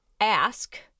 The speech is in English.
ask